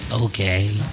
Okay